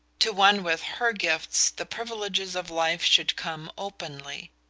to one with her gifts the privileges of life should come openly.